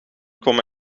kwam